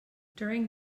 during